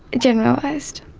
generalised.